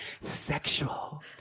Sexual